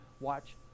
watch